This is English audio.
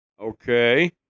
Okay